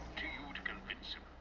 to you to convince